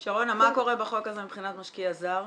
שרונה, מה קורה בחוק הזה מבחינת משקיע זר?